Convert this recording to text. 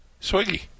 Swiggy